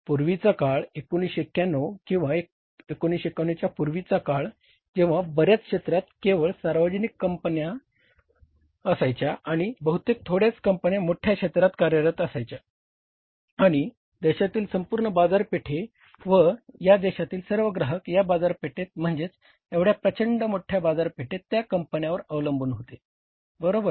पूर्वीचा काळ 1991 किंवा 1991 च्या पूर्वीचा काळ जेंव्हा बर्याच क्षेत्रांत केवळ सार्वजनिक क्षेत्रातील कंपन्याच असायच्या आणि बहुतेक थोड्याच कंपन्या मोठ्या क्षेत्रात कार्यरत असायच्या आणि देशातील संपूर्ण बाजारपेठे व या देशातील सर्व ग्राहक या बाजारपेठेत म्हणजेच एवढ्या प्रचंड मोठ्या बाजारपेठेत त्या कंपन्यांवर अवलंबून होते बरोबर